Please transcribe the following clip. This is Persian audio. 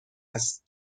هست